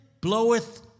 bloweth